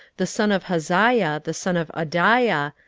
the son of hazaiah, the son of adaiah,